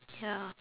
ya